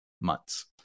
months